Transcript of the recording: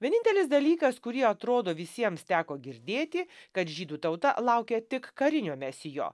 vienintelis dalykas kurį atrodo visiems teko girdėti kad žydų tauta laukė tik karinio mesijo